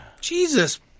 Jesus